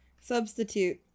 Substitute